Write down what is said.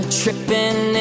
tripping